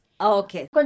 Okay